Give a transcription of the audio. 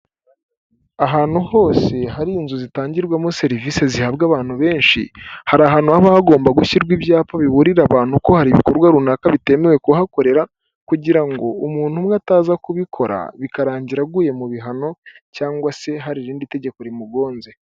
Ahantu hose hari inzu zitangirwamo serivisi zihabwa abantu benshi, hari ahantu haba hagomba gushyirwa ibyapa biburira abantu ko hari ibikorwa runaka bitemewe kuhakorera, kugira ngo umuntu umwe ataza kubikora bikarangira aguye mu bihano cyangwa se hari irindi tegeko rimugonze.